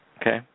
Okay